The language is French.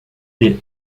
est